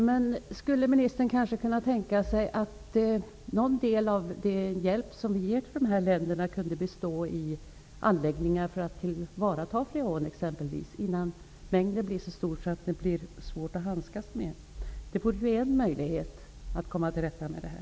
Men kan ministern tänka sig att någon del av den hjälp som vi ger dessa länder skulle kunna bestå av anläggningar för att tillvarata exempelvis freon, innan mängden blir så stor att den blir svår att handskas med? Det vore ju en möjlighet att komma till rätta med det här.